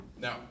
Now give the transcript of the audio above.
Now